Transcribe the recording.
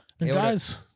Guys